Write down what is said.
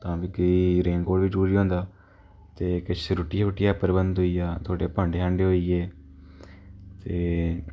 तां बी केईं रेनकोट बी जरूरी होंदा ते किश रुट्टी शूट्टिया प्रबंध होइया थोह्ड़े भांडे शांडे होइये ते